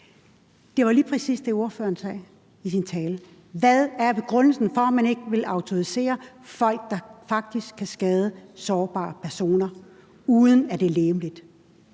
Det var lige præcis det, ordføreren sagde i sin tale. Hvad er begrundelsen for, at man ikke vil autorisere folk, der faktisk kan skade sårbare personer, uden at det er legemligt?